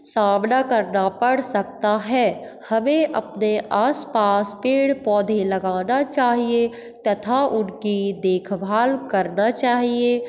सामना करना पड़ सकता है हमें अपने आस पास पेड़ पौधे लगाना चाहिए तथा उनकी देखभाल करना चाहिए